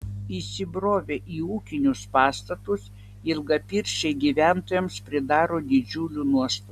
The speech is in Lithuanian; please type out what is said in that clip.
įsibrovę į ūkinius pastatus ilgapirščiai gyventojams pridaro didžiulių nuostolių